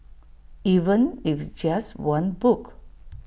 even if it's just one book